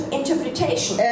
interpretation